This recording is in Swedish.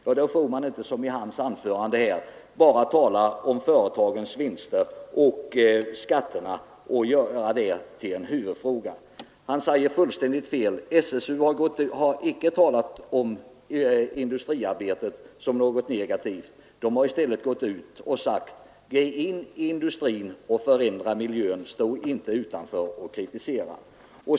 Ja, men då får man inte göra som herr Hovhammar gjorde i sitt anförande, bara tala om företagens vinster och skatterna och göra detta till en huvudfråga. Herr Hovhammar har fullständigt fel. SSU har icke talat om industriarbetet som något negativt. SSU har i stället sagt: Gå in i industrin och förändra miljön — stå inte utanför och kritisera!